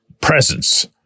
presence